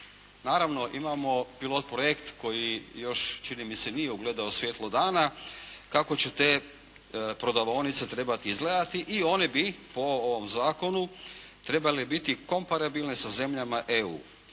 Naravno, imamo pilot projekt koji još čini mi se nije ugledao svjetlo dana kako će te prodavaonice trebati izgledati i one bi po ovom zakonu trebale biti komparabilne sa zemljama EU.